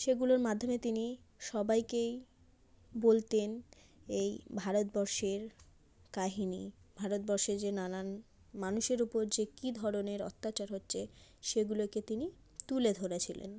সেগুলোর মাধ্যমে তিনি সবাইকেই বলতেন এই ভারতবর্ষের কাহিনি ভারতবর্ষে যে নানান মানুষের উপর যে কী ধরনের অত্যাচার হচ্ছে সেগুলোকে তিনি তুলে ধরেছিলেন